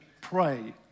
pray